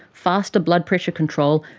faster blood pressure control,